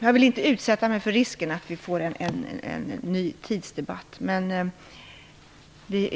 Jag vill inte ta risken att ge upphov till en ny tidsdebatt, men jag vill